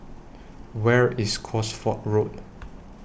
Where IS Cosford Road